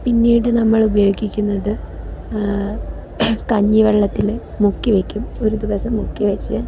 പിന്നീട് നമ്മള് ഉപയോഗിക്കുന്നത് കഞ്ഞിവെള്ളത്തിൽ മുക്കി വെക്കും ഒരു ദിവസം മുക്കിവച്ച്